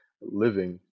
living